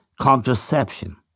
contraception